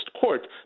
court